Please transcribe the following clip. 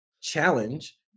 challenge